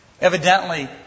Evidently